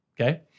okay